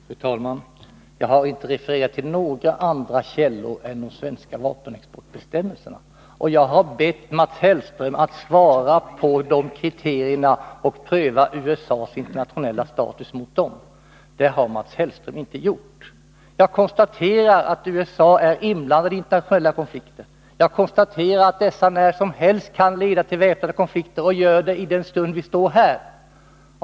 Fru talman! Jag har inte refererat till några andra källor än de svenska vapenexportbestämmelserna. Jag har bett Mats Hellström om ett svar när det gäller kriterierna i detta sammanhang och en prövning av USA:s internationella status utifrån dessa. Men Mats Hellström har inte lämnat något svar. Jag konstaterar att USA är inblandat i internationella konflikter. Jag konstaterar även att dessa när som helst kan leda till väpnade konflikter, och så sker i den stund vi står här.